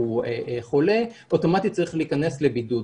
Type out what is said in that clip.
חולה אוטומטית צריך להיכנס לבידוד.